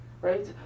right